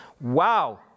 Wow